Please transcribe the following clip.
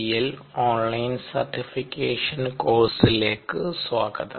L online certification കോഴ്സിലേക്ക് സ്വാഗതം